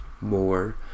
more